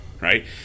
right